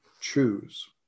choose